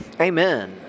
Amen